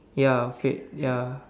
ya fad ya